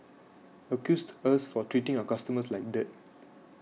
accused us for treating our customers like dirt